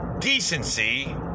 decency